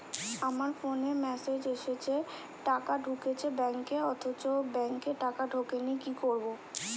আমার ফোনে মেসেজ এসেছে টাকা ঢুকেছে ব্যাঙ্কে অথচ ব্যাংকে টাকা ঢোকেনি কি করবো?